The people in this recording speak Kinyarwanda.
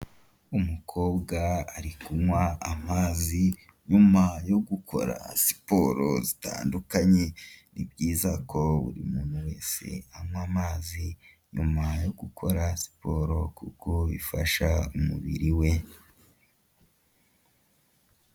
Umukobwa ari kunywa amazi nyuma yo gukora siporo zitandukanye, ni byiza ko buri muntu wese anywa amazi nyuma yo gukora siporo kuko bifasha umubiri we.